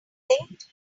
linked